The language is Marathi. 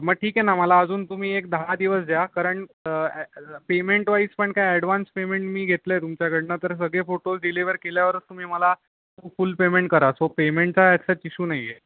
मग ठीक आहे ना मला अजून तुम्ही एक दहा दिवस द्या कारण पेमेंट वाईज पण काय अॅडवान्स पेमेंट मी घेतलं आहे तुमच्याकडनं तर सगळे फोटो डिलिवर केल्यावरच तुम्ही मला फुल पेमेंट करा सो पेमेंटचा अॅज सच इशू नाही आहे